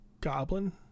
goblin